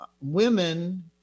women